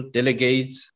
delegates